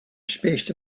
speaks